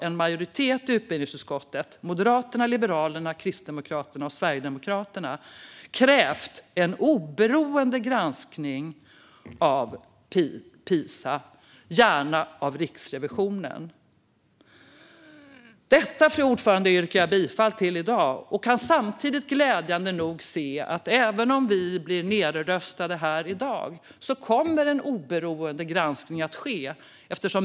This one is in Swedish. En majoritet i utbildningsutskottet med Moderaterna, Liberalerna, Kristdemokraterna och Sverigedemokraterna har därför krävt en oberoende granskning av PISA, gärna utförd av Riksrevisionen. Detta yrkar jag bifall till i dag, fru talman. Även om vi blir nedröstande här i dag ser jag samtidigt glädjande nog att en oberoende granskning kommer att ske.